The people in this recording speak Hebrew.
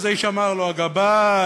אז האיש אמר לו: הגבאי,